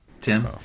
Tim